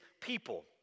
people